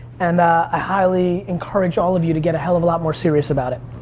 and i highly encourage all of you to get a hell of a lot more serious about it.